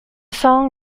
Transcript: song